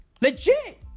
Legit